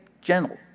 gentle